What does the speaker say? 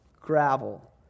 gravel